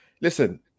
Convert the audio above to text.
listen